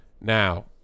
Now